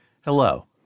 hello